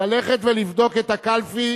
ללכת ולבדוק את הקלפי